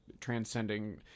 transcending